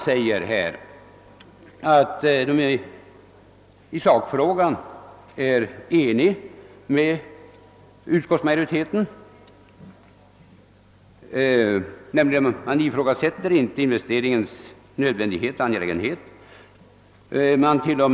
Dessa anför att de i sakfrågan är ense med utskottsmajoriteten om att inte ifrågasätta investeringens angelägenhet och nödvändighet.